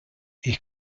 ich